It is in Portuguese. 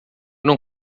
não